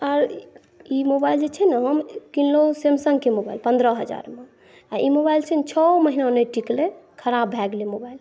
ई mobile जे छै ने हम किनलहुँ सैमसंगके मोबाइल पंद्रह हज़ारमे आओर ई मोबाइल छै ने छओ महिना नहि टिकलै ख़राब भए गेलै मोबाइल